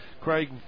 Craig